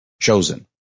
chosen